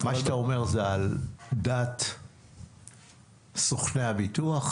מה שאתה אומר זה על דעת סוכני הביטוח?